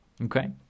okay